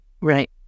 right